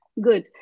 Good